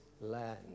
land